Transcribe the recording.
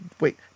Wait